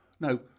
no